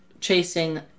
chasing